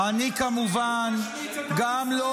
אני כמובן גם -- הוא השמיץ את עם ישראל.